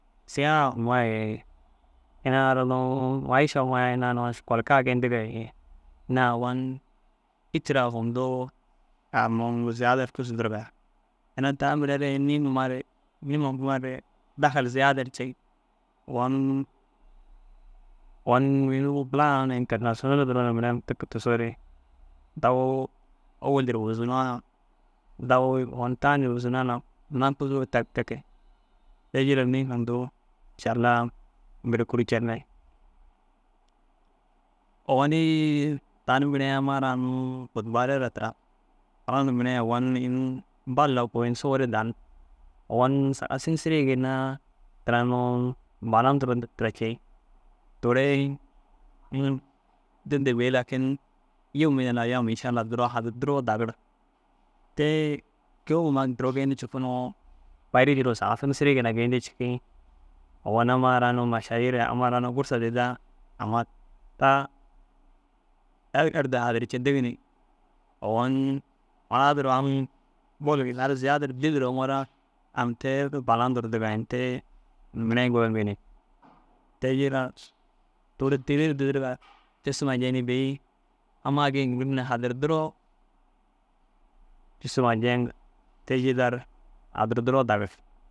Siyaha huma ye ina ara nuu maiša huma šokolka geyindiga ye ina ogon itir a hunduu a nuu ziyaadar cussu ndirga ina ta mire re niĩma re niĩma huma re dahil ziyaadar ceŋg. Ogon ogon mišil pola internašinal duro te ke tigisoore dagoo ôwel dir buzunoo na dago ogu tanir buzunoo na nakuzoo terik te ke. Te jillar niĩ hundu inša allah biri guru cenne. Ogonni tani mire amma ra nuu fût balera tira furãs mire ogun ini bal lau ini sowure dan, ogon sagasin siri ginna ini intira nuu balandor indig tira cii. Toore dedde bêi lakin yom minal ayam inša allah duro hadirdiroo dagir. Tee keyi huma duro geyindi cikuu nuŋoo paris duro sagasin siri ginna geyindi cikii. Ogon amma ara unnu mašaira, amma ara gûrsa didaa amma ta erd hadir cindig ni ogon mura duro aŋ buru ginna ru ziyaada dilir ûŋura aŋ teru «balandor» ndiga ini tee mire goyiŋgi ni. Te jillar toore teler didirga cussu huma jênii bêi amma gii ŋiri ni hadir diroo cussu huma jeŋg te jillar hadir duro dagir.